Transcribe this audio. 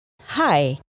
Hi